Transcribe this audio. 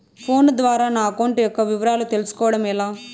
Phone ద్వారా నా account యొక్క వివరాలు తెలుస్కోవడం ఎలా?